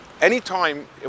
Anytime